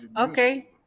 okay